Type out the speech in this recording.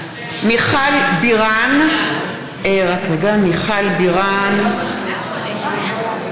מזכירת הכנסת ירדנה מלר-הורוביץ: (קוראת בשם חברת הכנסת)